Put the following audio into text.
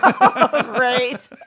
Right